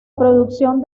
producción